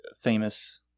famous